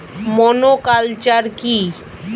Monoculture কি?